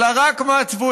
אלא רק מהצבועים,